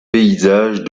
paysage